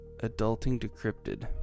adultingdecrypted